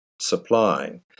supplying